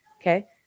Okay